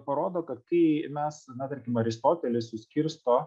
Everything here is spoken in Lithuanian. parodo kad kai mes na tarkim aristotelis suskirsto